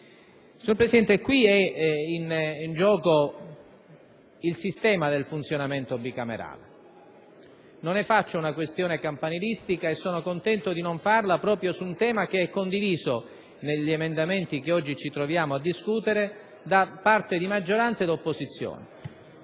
Signor Presidente, qui è in gioco il sistema del funzionamento bicamerale, non ne faccio una questione campanilistica: sono contento di non farla, proprio su un tema condiviso - negli emendamenti che oggi ci troviamo a discutere - da parte di maggioranza e opposizione.